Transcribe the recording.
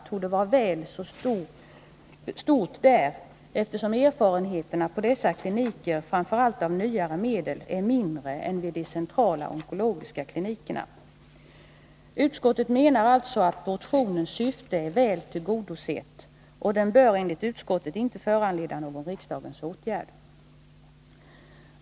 torde vara väl så stort där, eftersom erfarenheterna på dessa kliniker av framför allt nyare medel är mindre än vid de centrala onkologiska klinikerna. Utskottet menar alltså att motionens syfte är väl tillgodosett, och den bör enligt utskottet inte föranleda någon riksdagens åtgärd.